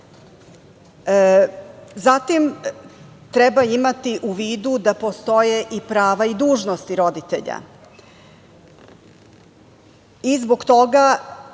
treba imati u vidu da postoje i prava i dužnosti roditelja